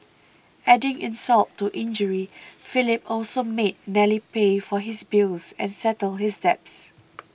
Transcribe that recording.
adding insult to injury Philip also made Nellie pay for his bills and settle his debts